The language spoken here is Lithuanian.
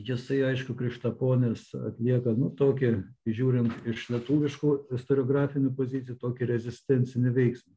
jisai aišku krištaponis atlieka nu tokį žiūrint iš lietuviškų istoriografinių pozicijų tokį rezistencinį veiksmą